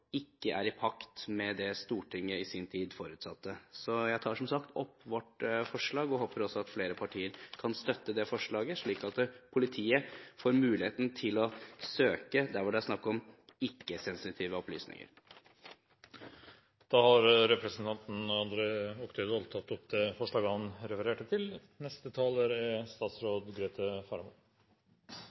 ikke er i pakt med det Stortinget i sin tid forutsatte. Jeg tar som sagt opp vårt forslag og håper også at flere partier kan støtte det forslaget slik at politiet får muligheten til å søke der det er snakk om ikke-sensitive opplysninger. Representanten André Oktay Dahl har tatt opp det forslag han refererte til. Innledningsvis bemerker jeg at taushetsplikt for visse typer informasjon er